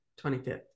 25th